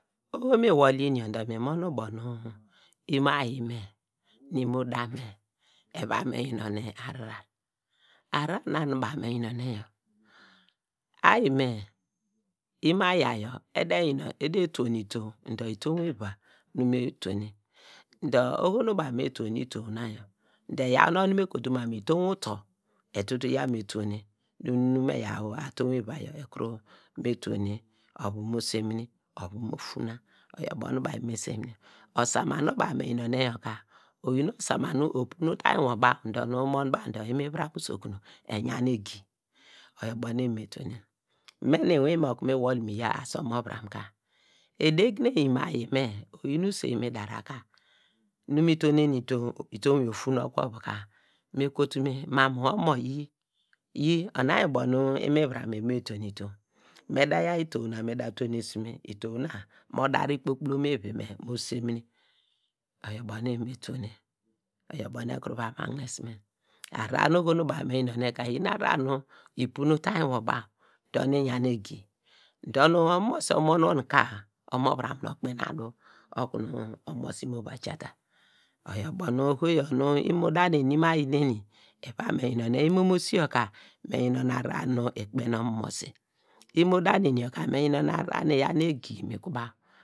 Oho nu mi wol yin yor dor mi mon ubo nu imo ayi me, nu imo dame eva me yunone ahrar, ahrar nu baw me yunone yaw ayi me imo aya yor ede tonne dor oho nu baw me tunne itow na yor de eyaw onu me kotu ma mu itow uto etutu yaw me tunne nu nu me yaw atow ivi yaw eyaw me tonne, ovu mo semine, ovu mo fuuna, oyor banu baw eva me semine osama nu baw me yi nor ne yor ka oyin osama nu opine utainy nwor baw dor nu umon baw dor nu imivuram usokum eyan egi, oyor ubo nu eni me tonne me nu inwenme okunu me wol miya omovuram ka edegne imo ayi me oyin uswein nu mi dara ka nu mi tonne itow, itow yor ofuun oku ovu buka me kotu me mam mu omo yi, yi ona ubo nu imiviram eva me tonne itow, me da yaw itow na me tonne su me, itow na mo dar ikpokpulom ivi me mo semine oyor ubo nu eva me tonne, oyor ubo nu ekuru va magnesumen ahrar nu oho nu baw meyinone ka, eyin ahrar nu ipu nu utainwo baw dor nu iyam egi, dor nu omomsi omon wor ka omovuram nu okpen a du okunu omosi mo va ja- a ta, oyor ubo nu oho yor nu imo da neni nu imo ayi neni eva me yinone, imomisi yor ka me yinonen ahrar nu ikpen omosi, imo da neni yor ka me yinonen a hrar nu iyan nu egi mi ku baw.